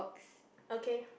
okay